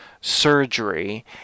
surgery